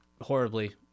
horribly